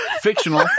fictional